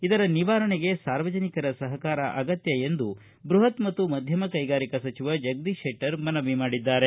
ಇದರ ನಿವಾರಣೆಗೆ ಸಾರ್ವಜನಿಕರ ಸಹಕಾರ ಅಗತ್ತ ಎಂದು ಬೃಪತ್ ಮತ್ತು ಮಧ್ದಮ ಕೈಗಾರಿಕಾ ಸಚಿವ ಜಗದೀಶ ಶೆಟ್ಟರ್ ಮನವಿ ಮಾಡಿದ್ದಾರೆ